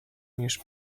niż